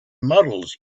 models